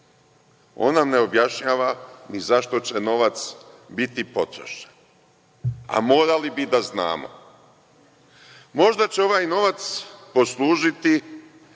nam ne objašnjava ni za šta će novac biti potrošen, a morali bi da znamo. Možda će ovaj novac poslužiti